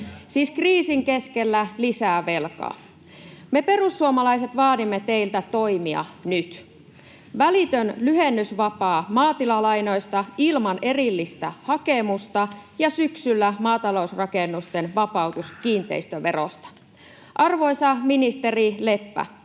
siis kriisin keskellä lisää velkaa. Me perussuomalaiset vaadimme teiltä toimia nyt: välitön lyhennysvapaa maatilalainoista ilman erillistä hakemusta ja syksyllä maatalousrakennusten vapautus kiinteistöverosta. Arvoisa ministeri Leppä,